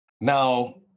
Now